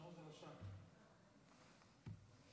פרשנות חדשה, מפלגת בג"ץ.